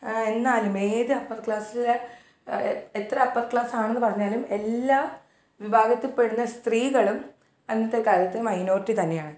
എന്നാലും ഏത് അപ്പർ ക്ലാസ്ലെ എത്ര അപ്പർ ക്ലാസാണെന്ന് പറഞ്ഞാലും എല്ലാ വിഭാഗത്തിപ്പെടുന്ന സ്ത്രീകളും അന്നത്തെ കാലത്ത് മൈനോരിറ്റി തന്നെയാണ്